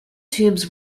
tubes